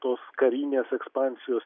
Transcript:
tos karinės ekspansijos